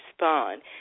respond